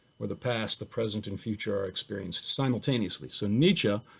where the past, the present, and future are experienced simultaneously. so nietzsche